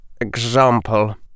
example